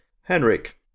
Henrik